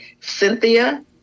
Cynthia